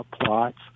plots